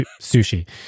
sushi